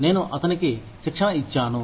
నేను అతనికి శిక్షణ ఇచ్చాను